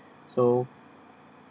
so